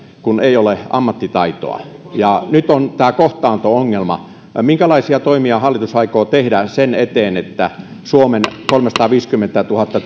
kun ei ole ammattitaitoa nyt on tämä kohtaanto ongelma minkälaisia toimia hallitus aikoo tehdä sen eteen että suomen kolmesataaviisikymmentätuhatta